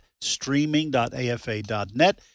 streaming.afa.net